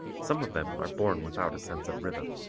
some of them are born without a sense of rhythm.